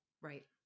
Right